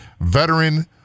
veteran